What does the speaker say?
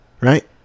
right